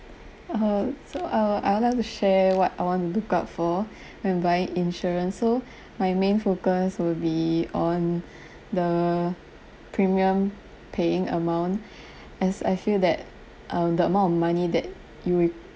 err so I'll I'll like to share what I wanna look out for when buying insurance so my main focus will be on the premium paying amount as I feel that um the amount of money you re~